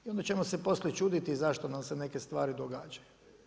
Onda ćemo se poslije čuditi zašto nam se neke stvari događaju.